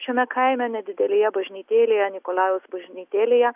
šiame kaime nedidelėje bažnytėlėje nikolajaus bažnytėlėje